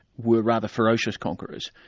were rather ferocious conquerors.